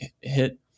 hit